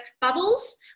bubbles